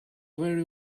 very